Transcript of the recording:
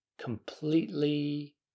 completely